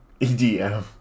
EDM